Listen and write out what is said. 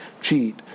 cheat